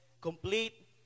complete